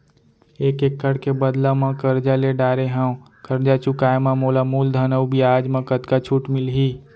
एक एक्कड़ के बदला म करजा ले डारे हव, करजा चुकाए म मोला मूलधन अऊ बियाज म कतका छूट मिलही?